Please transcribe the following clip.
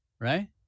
right